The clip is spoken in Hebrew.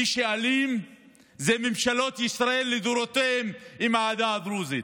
מי שאלים הוא ממשלות ישראל לדורותיהן עם העדה הדרוזית,